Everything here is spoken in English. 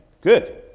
Good